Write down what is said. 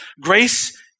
Grace